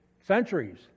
centuries